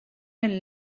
den